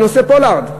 בנושא פולארד.